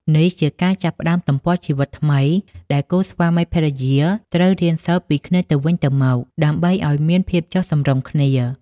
នេះជាការចាប់ផ្តើមទំព័រជីវិតថ្មី ដែលគូស្វាមីភរិយាត្រូវរៀនសូត្រពីគ្នាទៅវិញទៅមក ដើម្បីឱ្យមានភាពចុះសម្រុងគ្នា ។